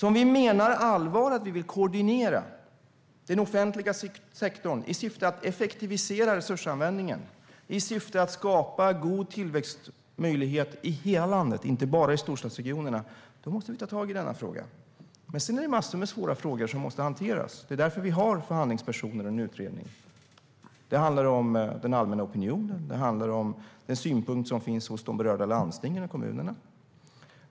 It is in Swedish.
Om vi menar allvar med att koordinera den offentliga sektorn i syfte att effektivisera resursanvändningen och i syfte att skapa god tillväxtmöjlighet i hela landet, inte bara i storstadsregionerna, måste vi ta tag i denna fråga. Sedan är det massor av svåra frågor som måste hanteras. Det är därför vi har förhandlingspersoner och en utredning. Det handlar om den allmänna opinionen och om de synpunkter som finns hos de berörda landstingen och kommunerna.